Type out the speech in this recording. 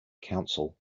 council